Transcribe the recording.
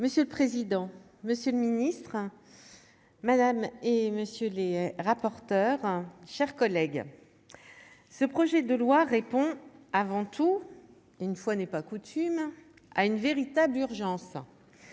Monsieur le président, Monsieur le Ministre, Mesdames et messieurs les rapporteurs, chers collègues, ce projet de loi répond avant tout, une fois n'est pas coutume à une véritable urgence